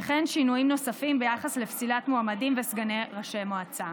וכן שינויים נוספים ביחס לפסילת מועמדים וסגני ראשי מועצה.